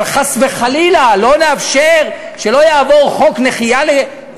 אבל חס וחלילה לא נאפשר שלא יעבור חוק לעיוורים,